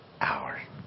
hours